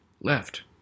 Left